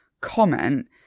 comment